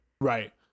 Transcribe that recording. Right